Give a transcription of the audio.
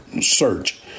search